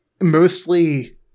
Mostly